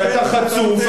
ואתה חצוף,